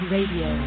Radio